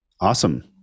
Awesome